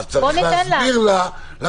אז צריך להסביר לה למה היא צריכה את זה.